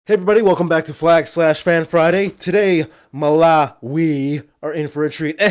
everybody, welcome back to flag flag fan friday today molla we are in for a treat